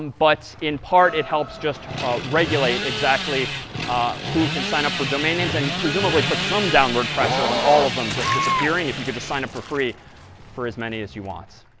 and but in part, it helps just regulate exactly who can sign up for domain names and presumably put some downward pressure on all of them just disappearing if you could just sign up for free for as many as you want.